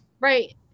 Right